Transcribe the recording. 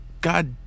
God